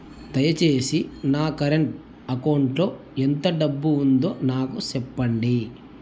దయచేసి నా current account లో ఎంత డబ్బు ఉందో నాకు సెప్పండి